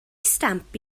stamp